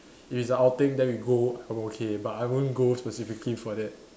if outing then we go I'm okay but I won't go specifically for that